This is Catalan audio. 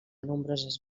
nombroses